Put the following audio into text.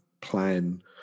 plan